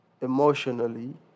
emotionally